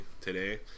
today